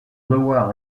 devoir